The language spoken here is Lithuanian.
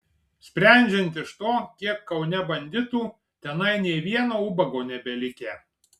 sprendžiant iš to kiek kaune banditų tenai nė vieno ubago nebelikę